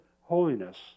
holiness